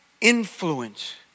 influence